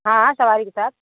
हाँ हाँ सवारी के साथ